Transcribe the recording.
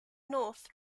north